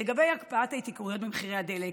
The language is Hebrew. לגבי הקפאת ההתייקרויות במחיר הדלק,